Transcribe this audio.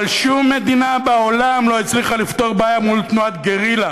אבל שום מדינה בעולם לא הצליחה לפתור בעיה מול תנועת גרילה,